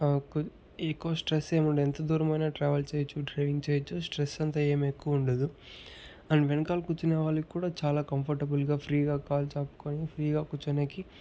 ఆ కు ఎక్కువ స్ట్రెస్ ఏముండదు ఎంత దూరమైన ట్రావెల్ చేయొచ్చు డ్రైవింగ్ చేయొచ్చు స్ట్రెస్ అంతా ఏమి ఎక్కువ ఉండదు అండ్ వెనకాల కూర్చునే వాళ్లకి కూడా చాలా కంఫర్టబుల్ గా ఫ్రీ గా కళ్ళు చాపుకొని ఫ్రీ గా కూర్చోనేకి